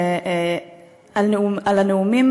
על הנאום